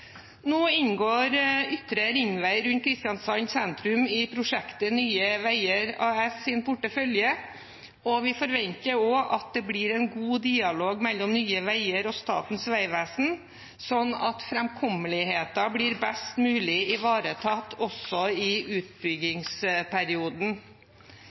Ytre ringvei rundt Kristiansand sentrum i Nye Veier AS’ portefølje, og vi forventer at det blir en god dialog mellom Nye Veier og Statens vegvesen, sånn at framkommeligheten blir best mulig ivaretatt også i